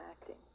acting